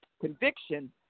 conviction